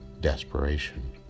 desperation